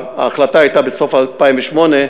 ההחלטה הייתה בסוף 2008,